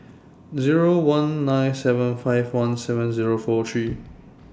Zero one nine seven five one seven Zero four three